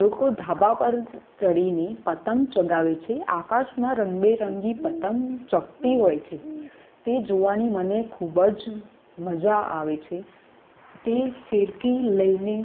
લોકો ધાબા પર ચડીને પતંગ ચગાવે છે આકાશમાં રંગબેરંગી પતંગ ચગતી હોય છે તે જોવાની મને ખૂબ જ મજા આવે છે તે ફીરકી લઈને